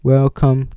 Welcome